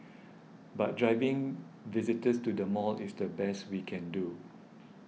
but driving visitors to the mall is the best we can do